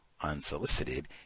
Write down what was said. unsolicited